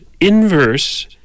inverse